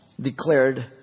declared